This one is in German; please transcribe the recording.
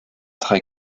drei